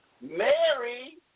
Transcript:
Mary